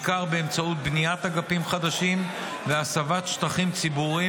בעיקר באמצעות בניית אגפים חדשים והסבת שטחים ציבוריים